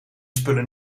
spullen